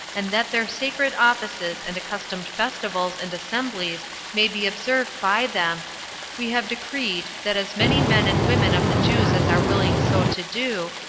and that their sacred offices and accustomed festivals and assemblies may be observed by them we have decreed, that as many men and women of the jews as are willing so to do,